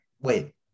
Wait